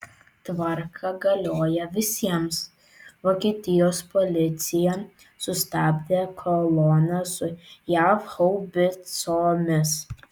tvarka galioja visiems vokietijos policija sustabdė koloną su jav haubicomis